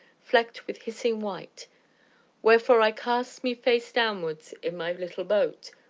flecked with hissing white wherefore i cast me face downwards in my little boat,